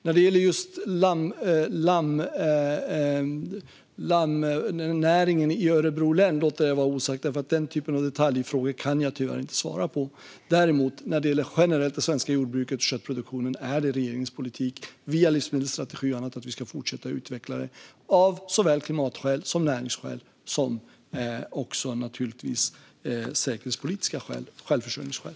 Vad som gäller för just lammnäringen i Örebro län låter jag vara osagt, för den typen av detaljfrågor kan jag tyvärr inte svara på. Men när det gäller det svenska jordbrukets köttproduktion generellt är det regeringens politik att fortsätta utveckla den via livsmedelsstrategin och annat, av såväl klimatskäl som näringsskäl och naturligtvis också säkerhetspolitiska skäl och självförsörjningsskäl.